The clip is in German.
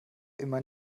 immer